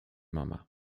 mama